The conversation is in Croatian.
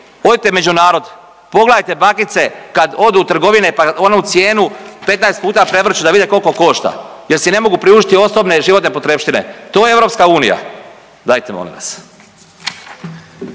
odite među narod, pogledajte bakice kad odu u trgovine, pa onu cijenu 15 puta prevrću da vide kolko košta jer si ne mogu priuštiti osnovne životne potrepštine, to je EU? Dajte molim vas.